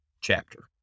chapter